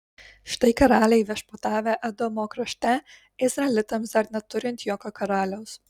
štai karaliai viešpatavę edomo krašte izraelitams dar neturint jokio karaliaus